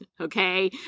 okay